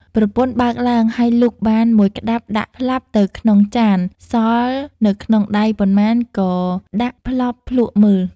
ប្រពន្ធបើកឡើងហើយលូកបាន១ក្ដាប់ដាក់ផ្លាប់ទៅក្នុងចានសល់នៅក្នុងដៃប៉ុន្មានក៏ដាក់ផ្លប់ភ្លក់មើល។